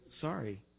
sorry